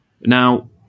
Now